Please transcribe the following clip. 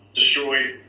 destroyed